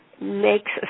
makes